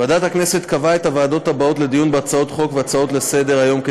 ועדת הכנסת קבעה את הוועדות הבאות לדיון בהצעות חוק והצעות לסדר-היום: